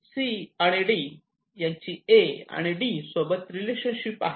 C आणि D यांची A आणि डी सोबत रिलेशनशिप आहे